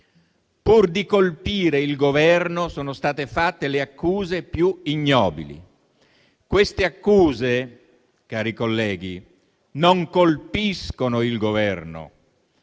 Pur di colpire il Governo sono state fatte le accuse più ignobili. Queste accuse, cari colleghi, non colpiscono il Governo,